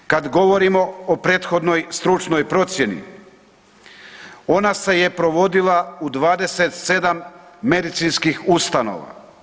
Kad govorimo o prethodnoj stručnoj procjeni, ona se je provodila u 27 medicinskih ustanova.